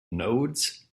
nodes